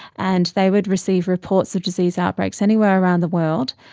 and they would receive reports of disease outbreaks anywhere around the world.